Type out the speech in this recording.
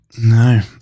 No